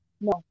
No